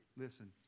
listen